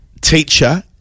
Teacher